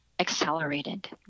Accelerated